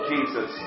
Jesus